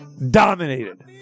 dominated